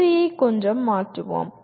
வரிசையை கொஞ்சம் மாற்றுவோம்